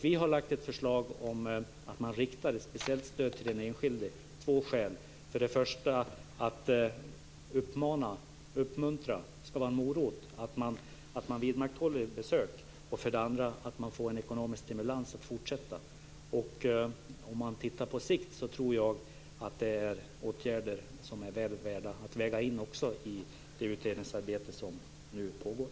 Vi har lagt fram ett förslag om att man ska rikta ett speciellt stöd till den enskilde av två skäl, för det första för att uppmuntra - det ska vara en morot - att han eller hon fortsätter att göra tandläkarbesök, för det andra för att det ska vara en ekonomisk stimulans för honom eller henne att fortsätta. Om man tittar på sikt tror jag att detta är åtgärder som också är väl värda att väga in också i det utredningsarbete som nu pågår.